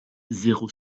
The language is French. zéro